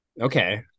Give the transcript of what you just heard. Okay